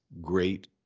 great